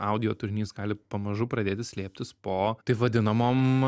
audio turinys gali pamažu pradėti slėptis po taip vadinamom